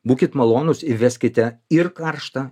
būkit malonūs įveskite ir karštą